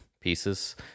pieces